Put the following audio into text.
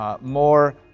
more